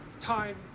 time